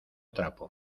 trapo